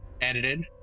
Edited